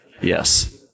Yes